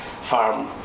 farm